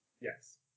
Yes